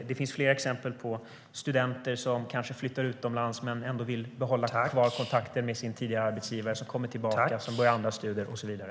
Det finns flera exempel på studenter som kanske flyttar utomlands men som ändå vill behålla kontakten med sin tidigare arbetsgivare, kommer tillbaka och börjar andra studier och så vidare.